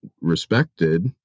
respected